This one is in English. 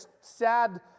sad